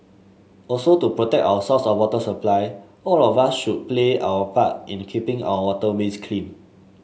also to protect our source of water supply all of us should play our part in keeping our waterways clean